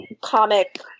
comic